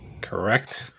Correct